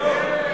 כן.